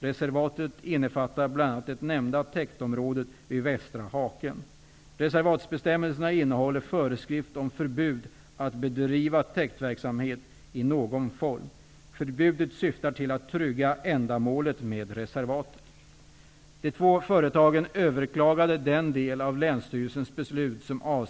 Reservatet innefattar bl.a. det nämnda täktområdet vid Västra Haken. Reservatbestämmelserna innehåller föreskrift om förbud att bedriva täktverksamhet i någon form. Förbudet syftar till att trygga ändamålet med reservatet.